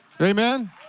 Amen